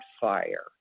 fire